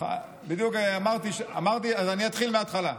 אז אני אתחיל מההתחלה.